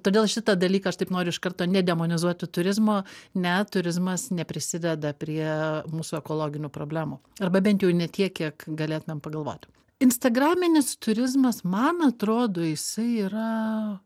todėl šitą dalyką aš taip noriu iš karto nedemonizuoti turizmo ne turizmas neprisideda prie mūsų ekologinių problemų arba bent jau ne tiek kiek galėtumėm pagalvoti instagraminis turizmas man atrodo jisai yra